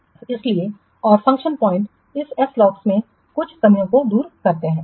So and इसलिए और function points इस SLOC की कुछ कमियों को दूर करते हैं